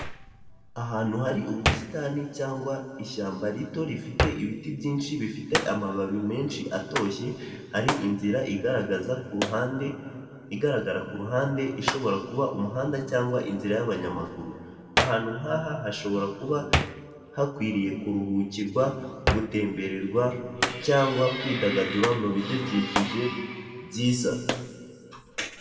Ahantu hari ubusitani ubusitani cyangwa ishyamba rito rifite ibiti byinshi bifite ibibabi bitoshye hari inzira igaragara k'uruhande ishobora kuba umuhanda cyangwa umuhanda w'abanyamaguru, ahantu nkaha hashobora kuba hakwiriye kuruhukirwa, gutembererwa cyangwa kwidagadura mubidukikije byiza.